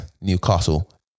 Newcastle